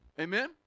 Amen